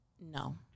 No